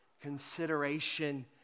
consideration